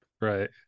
Right